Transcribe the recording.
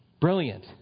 Brilliant